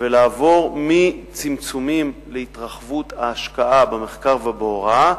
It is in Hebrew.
ולעבור מצמצומים להתרחבות ההשקעה במחקר ובהוראה,